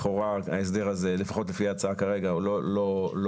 לכאורה ההסדר הזה, לפחות לפי ההצעה כרגע, לא יחול.